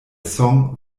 song